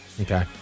Okay